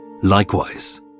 Likewise